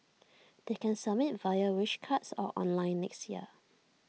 they can submit via wish cards or online next year